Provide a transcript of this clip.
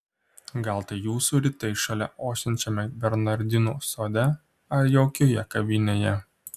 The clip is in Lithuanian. gal tai jūsų rytai šalia ošiančiame bernardinų sode ar jaukioje kavinėje